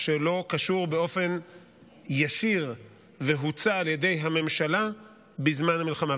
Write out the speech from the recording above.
שלא קשור באופן ישיר והוצע על ידי הממשלה בזמן המלחמה.